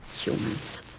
Humans